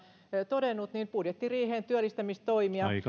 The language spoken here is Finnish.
todennut budjettiriiheen työllistämistoimia